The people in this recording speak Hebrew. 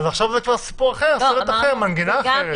אז עכשיו זה כבר סיפור אחר, סרט אחר, מנגינה אחרת.